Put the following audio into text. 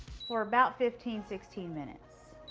for about fifteen, sixteen minutes.